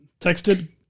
texted